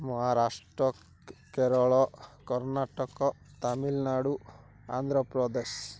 Maharashtra Kerala Karnataka Tamil Nadu Andhra Pradesh